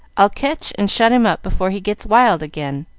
i'll catch and shut him up before he gets wild again